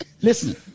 Listen